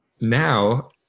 now